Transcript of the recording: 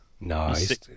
Nice